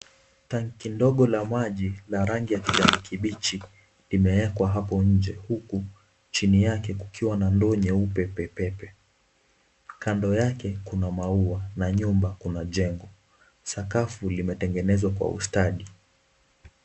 Tanki ndogo la maji la rangi ya kijani kibichi, limeekwa hapo nje huku chini yake kukiwa na ndoo nyeupe pepepe. Kando yake kuna maua na nyuma kuna jengo. Sakafu limetengenezwa kwa ustadi.